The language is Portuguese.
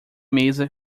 mesa